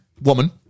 woman